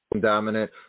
dominant